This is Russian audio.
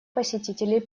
посетителей